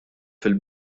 fil